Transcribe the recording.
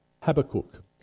Habakkuk